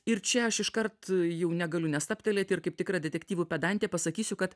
ir čia aš iškart jau negaliu nestabtelėti ir kaip tikra detektyvų pedantė pasakysiu kad